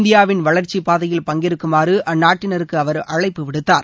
இந்தியாவின் வளர்ச்சிப் பாதையில் பங்கேற்குமாறு அந்நாட்டினருக்கு அவர் அழைப்பு விடுத்தார்